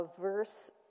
verse